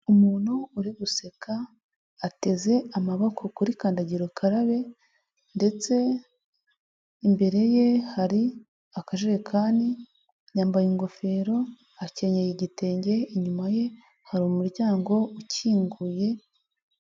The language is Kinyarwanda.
Umuntu uri guseka ateze, amaboko kuri kandagira ukarabe ndetse imbere ye hari akajerekani, yambaye ingofero, akenyeye igitenge, inyuma ye hari umuryango ukinguye.